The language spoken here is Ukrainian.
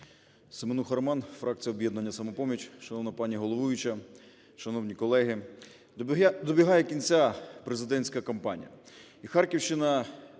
Семенуха Роман, фракція "Об'єднання "Самопоміч". Шановна пані головуюча, шановні колеги! Добігає кінця президентська кампанія,